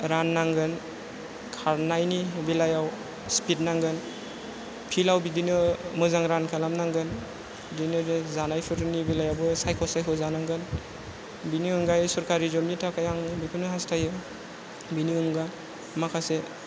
रान नांगोन खारनायनि बेलायाव स्फिद नांगोन फिल्डआव बिदिनो मोजां रान खालामनांगोन बिदिनो बै जानायफोरनि बेलायावबो सायख' सायख' जानांगोन बेनि अनगायै सोरखारि जबनि थाखाय आं बेखौनो हास्थायो बेनि अनगा माखासे